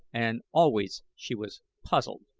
and always she was puzzled.